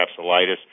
capsulitis